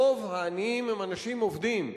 רוב העניים הם אנשים עובדים,